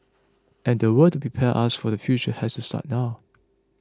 and the work to prepare us for the future has to start now